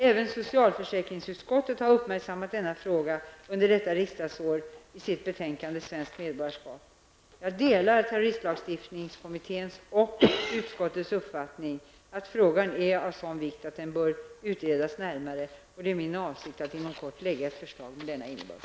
Även socialförsäkringsutskottet har uppmärksammat denna fråga Jag delar terroristlagstiftningskommitténs och utskottets uppfattning att frågan är av sådan vikt att den bör utredas närmare. Det är min avsikt att inom kort lägga fram ett förslag med denna innebörd.